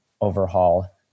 overhaul